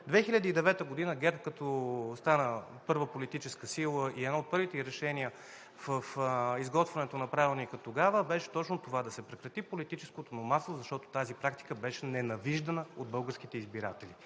2009 г. ГЕРБ като стана първа политическа сила, едно от първите ѝ решения в изготвянето на Правилника тогава беше точно това – да се прекрати политическото номадство, защото тази практика беше ненавиждана от българските избиратели.